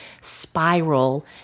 spiral